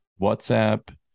WhatsApp